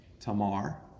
Tamar